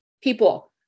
people